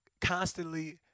constantly